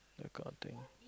that kind of thing